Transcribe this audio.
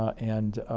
and,